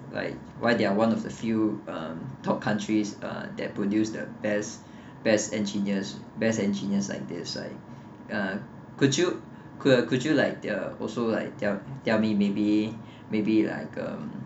why why they're one of the few um top countries uh that produce the best best engineers best engineers like this right uh could you could you could you like uh also like tell tell me maybe maybe like um